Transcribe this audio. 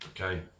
Okay